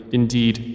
indeed